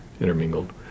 intermingled